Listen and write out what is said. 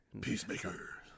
Peacemaker